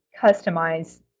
customize